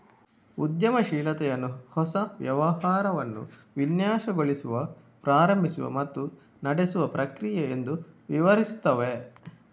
ಉದ್ಯಮಶೀಲತೆಯನ್ನು ಹೊಸ ವ್ಯವಹಾರವನ್ನು ವಿನ್ಯಾಸಗೊಳಿಸುವ, ಪ್ರಾರಂಭಿಸುವ ಮತ್ತು ನಡೆಸುವ ಪ್ರಕ್ರಿಯೆ ಎಂದು ವಿವರಿಸುತ್ತವೆ